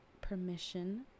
permission